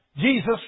Jesus